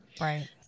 Right